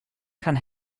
kann